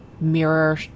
mirror